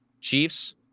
Chiefs